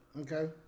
Okay